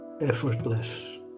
effortless